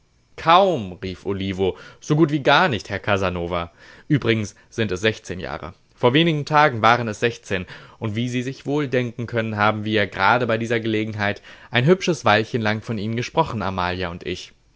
kaum rief olivo so gut wie gar nicht herr casanova übrigens sind es sechzehn jahre vor wenigen tagen waren es sechzehn und wie sie sich wohl denken können haben wir gerade bei dieser gelegenheit ein hübsches weilchen lang von ihnen gesprochen amalia und ich